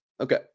Okay